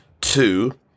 Two